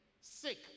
sick